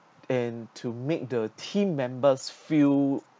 and to make the team members feel